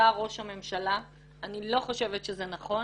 שר או ראש הממשלה, אני לא חושבת שזה נכון,